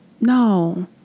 No